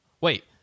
Wait